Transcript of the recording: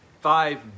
five